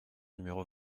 numéro